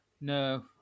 No